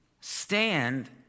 stand